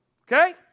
Okay